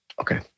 Okay